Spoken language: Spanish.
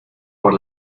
por